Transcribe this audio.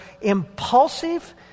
impulsive